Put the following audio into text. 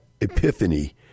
epiphany